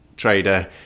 trader